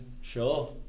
Sure